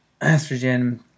estrogen